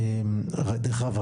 דרך אגב,